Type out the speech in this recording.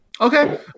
Okay